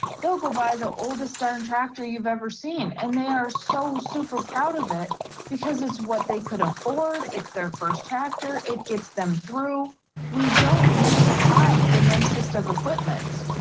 so go buy the oldest darn tractor you've ever seen and they are so super proud of it because it's what they could afford. it's their first tractor. it gets them through we don't need to have the nicest of equipment.